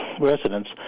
residents